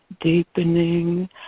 deepening